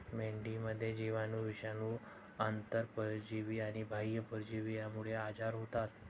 मेंढीमध्ये जीवाणू, विषाणू, आंतरपरजीवी आणि बाह्य परजीवी यांमुळे आजार होतात